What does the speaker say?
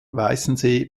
weißensee